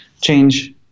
change